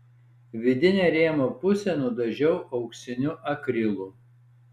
vidinę rėmo pusę nudažiau auksiniu akrilu